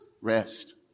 Rest